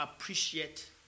appreciate